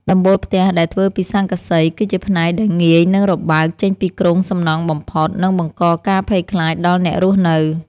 ដំបូលផ្ទះដែលធ្វើពីស័ង្កសី គឺជាផ្នែកដែលងាយនឹងរបើកចេញពីគ្រោងសំណង់បំផុត និងបង្កការភ័យខ្លាចដល់អ្នករស់នៅ។